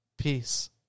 Peace